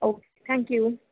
okay thank you